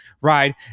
right